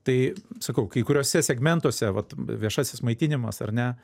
tai sakau kai kuriuose segmentuose vat v viešasis maitinimas ar ne